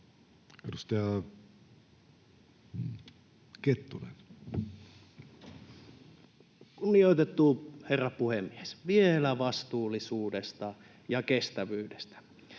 14:28 Content: Kunnioitettu herra puhemies! Vielä vastuullisuudesta ja kestävyydestä: